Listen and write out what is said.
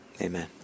Amen